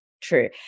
True